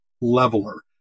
leveler